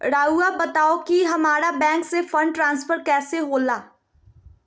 राउआ बताओ कि हामारा बैंक से फंड ट्रांसफर कैसे होला?